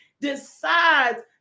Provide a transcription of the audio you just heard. decides